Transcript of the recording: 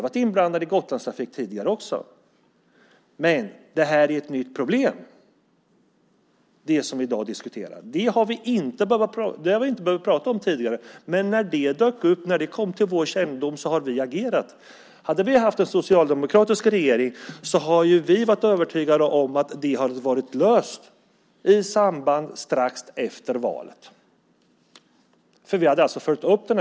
Vi har även tidigare varit inblandade i den. Det vi i dag diskuterar är emellertid ett nytt problem, något som vi inte behövt diskutera tidigare. När det kom till vår kännedom agerade vi. Hade vi haft en socialdemokratisk regering är vi övertygade om att frågan varit löst strax efter valet eftersom vi hade följt upp den.